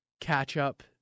catch-up